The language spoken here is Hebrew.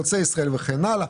חוצה ישראל וכן הלאה,